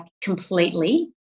completely